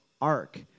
Ark